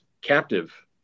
captive